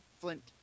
Flint